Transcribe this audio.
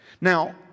Now